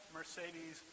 Mercedes